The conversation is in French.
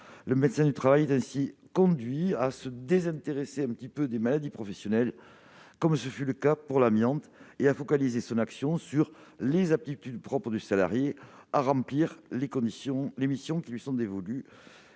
Le médecin du travail est aussi conduit à se désintéresser des maladies professionnelles, comme ce fut le cas pour l'amiante, et à focaliser son attention sur les aptitudes propres du salarié à remplir les missions qui lui sont dévolues,